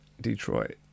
detroit